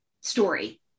story